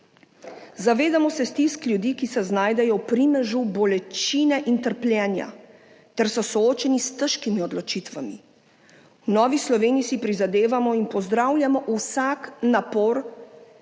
Zavedamo se stisk ljudi, ki se znajdejo v primežu bolečine in trpljenja ter so soočeni s težkimi odločitvami. V Novi Sloveniji si prizadevamo in pozdravljamo vsak napor,